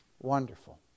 Wonderful